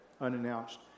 Unannounced